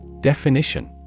Definition